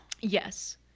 Yes